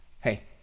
Hey